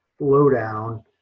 slowdown